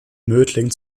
mödling